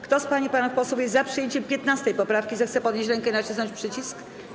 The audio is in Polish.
Kto z pań i panów posłów jest za przyjęciem 15. poprawki, zechce podnieść rękę i nacisnąć przycisk.